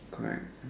correct